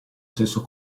sesso